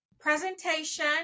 presentation